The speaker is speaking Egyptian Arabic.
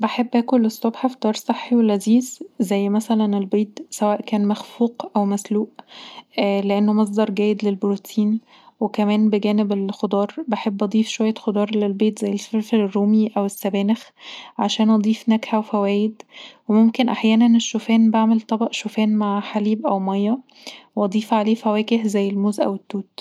بحب اكل الصبح فذار صحي ولذيذ زي مثلا البيض سواء كان مخفوق او او مسلوق لانه مصدر جيد للبروتين، وكمان بجانب الخضار بحب اضيف شوية خضار للبيض زي الفلفل الرومي او السبانخ عشان اضيف نكهه وفوايد، وممكن احيانا الشوفان، بعمل طبق شوفان مع حليب او ميه وأضيف عليه فواكه زي الموز او التوت